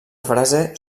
frase